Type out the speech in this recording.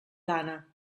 gana